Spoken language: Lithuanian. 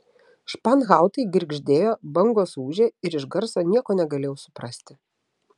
španhautai girgždėjo bangos ūžė ir iš garso nieko negalėjau suprasti